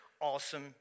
awesome